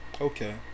Okay